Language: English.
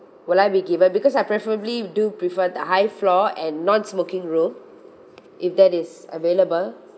will I be given because I preferably do prefer the high floor and non smoking room if that is available